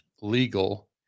legal